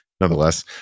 nonetheless